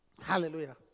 Hallelujah